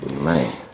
Man